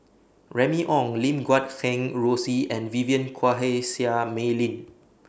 Remy Ong Lim Guat Kheng Rosie and Vivien Quahe Seah Mei Lin